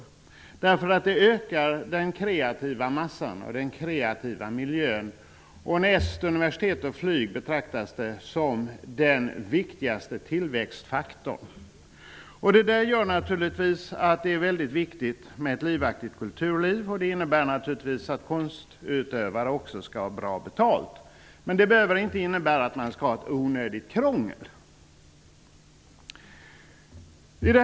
Konstnärligt skapande ökar nämligen den kreativa massan och den kreativa miljön, och näst universitet och flyg betraktas det som den viktigaste tillväxtfaktorn. Det gör naturligtvis att det är väldigt viktigt att ha ett livaktigt kulturliv. Det innebär att konstutövare också skall ha bra betalt, men det behöver inte innebära att man skall ha ett onödigt krångel.